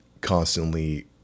constantly